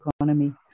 economy